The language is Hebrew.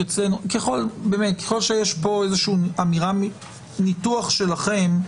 ככל שיש כאן ניתוח שלכם,